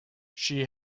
she